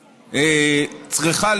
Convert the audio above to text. צריכה,